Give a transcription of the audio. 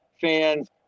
fans